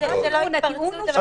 זה לא הטיעון.